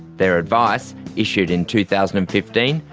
their advice, issued in two thousand and fifteen,